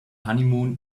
honeymoon